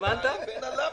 ברצינות,